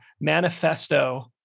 Manifesto